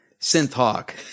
synth-hawk